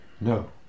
No